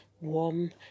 warm